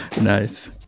Nice